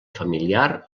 familiar